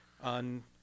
on